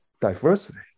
diversity